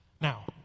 Now